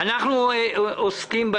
אני מבקש לא